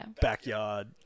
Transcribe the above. backyard